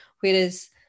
Whereas